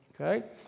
okay